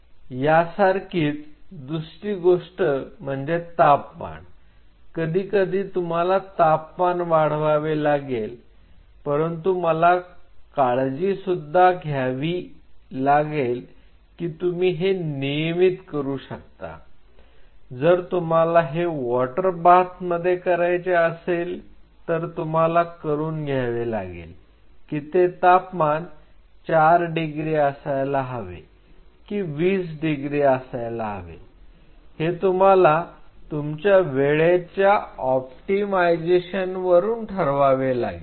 यासारखीच दुसरी गोष्ट म्हणजे तापमान कधी कधी तुम्हाला तापमान वाढवावे लागेल परंतु मला काळजी सुद्धा घ्यावी लागेल की तुम्ही हे नियमित करू शकता जर तुम्हाला हे वॉटर बाथ मध्ये करायचे असेल तर तुम्हाला करून घ्यावे लागेल की ते तापमान 4 डिग्री असायला हवे की 20 डिग्री असायला हवे हे तुम्हाला तुमच्या वेळेच्या ऑप्टिमाइजशनवरून ठरवावे लागेल